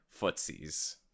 Footsies